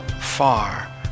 far